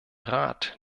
rat